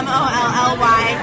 Molly